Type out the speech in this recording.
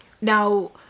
now